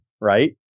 right